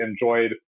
enjoyed